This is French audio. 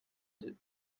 deux